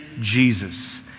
Jesus